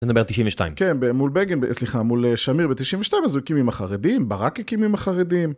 נדבר תשעים ושתיים כן מול בגין סליחה מול שמיר בתשעים ושתיים אז הוא הקיל עם החרדים ברק הקים עם החרדים.